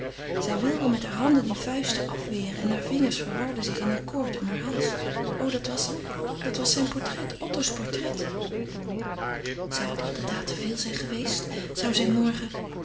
zij wilde met hare handen die vuisten afweren en hare vingers verwarden zich in een koord om heuren hals o dat was dat was zijn portret otto's portret zou het inderdaad te veel zijn geweest zou zij morgen